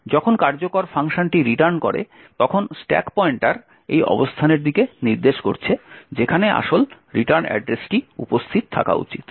যখন কার্যকর ফাংশনটি রিটার্ন করে তখন স্ট্যাক পয়েন্টার এই অবস্থানের দিকে নির্দেশ করছে যেখানে আসল রিটার্ন অ্যাড্রেসটি উপস্থিত থাকা উচিত